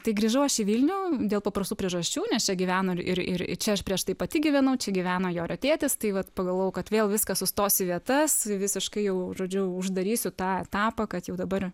tai grįžau aš į vilnių dėl paprastų priežasčių nes čia gyveno ir ir ir čia aš prieš tai pati gyvenau čia gyveno jorio tėtis tai vat pagalvojau kad vėl viskas sustos į vietas visiškai jau žodžiu uždarysiu tą etapą kad jau dabar